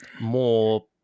more